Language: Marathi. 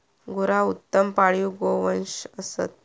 गुरा उत्तम पाळीव गोवंश असत